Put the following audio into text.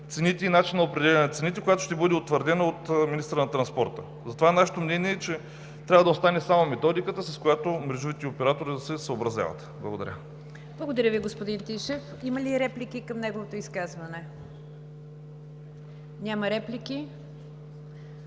цените и начинът на определяне на цените, която ще бъде утвърдена от министъра на транспорта. Затова нашето мнение е, че трябва да остане само методиката, с която мрежовите оператори да се съобразяват. Благодаря. ПРЕДСЕДАТЕЛ НИГЯР ДЖАФЕР: Благодаря Ви, господин Тишев. Има ли реплики към неговото изказване? Няма реплики.